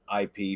IP